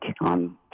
on